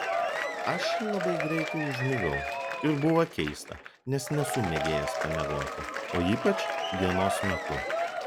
aš labai greitai užmigau ir buvo keista nes nesu mėgėjas pamiegoti o ypač dienos metu